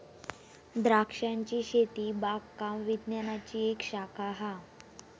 द्रांक्षांची शेती बागकाम विज्ञानाची एक शाखा हा